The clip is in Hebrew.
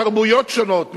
תרבויות שונות,